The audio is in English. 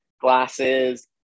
glasses